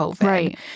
right